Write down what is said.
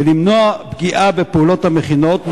ולמנוע פגיעה בפעולות המכינות,